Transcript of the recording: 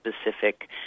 specific